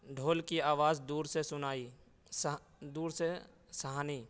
ڈھول کی آواز دور سے سنائی دور سے سہانی